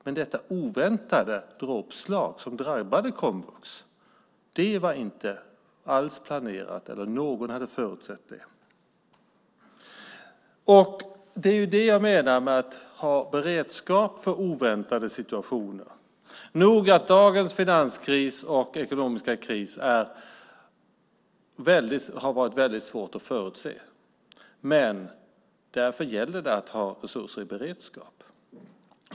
Men det oväntade dråpslag som drabbade komvux var inte alls planerat, och det var inte någon som hade förutsett det. Det är det som jag menar med att ha beredskap för oväntade situationer. Dagens finanskris och ekonomiska kris har varit väldigt svår att förutse. Men därför gäller det att ha resurser i beredskap.